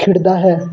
ਖਿੜਦਾ ਹੈ